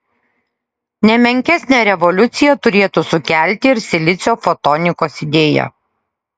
ne menkesnę revoliuciją turėtų sukelti ir silicio fotonikos idėja